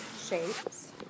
shapes